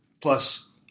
plus